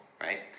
right